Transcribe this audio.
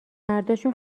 مرداشون